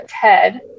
Ted